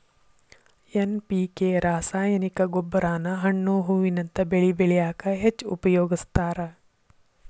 NPK ರಾಸಾಯನಿಕ ಗೊಬ್ಬರಾನ ಹಣ್ಣು ಹೂವಿನಂತ ಬೆಳಿ ಬೆಳ್ಯಾಕ ಹೆಚ್ಚ್ ಉಪಯೋಗಸ್ತಾರ